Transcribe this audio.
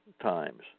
times